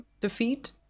defeat